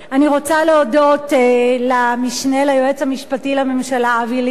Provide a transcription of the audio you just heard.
אני רוצה להודות למשנה ליועץ המשפטי לממשלה אבי ליכט,